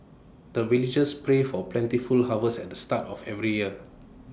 the villagers pray for plentiful harvest at the start of every year